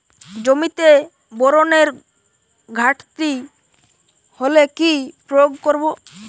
জমিতে বোরনের ঘাটতি হলে কি প্রয়োগ করব?